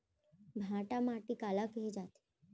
भांटा माटी काला कहे जाथे?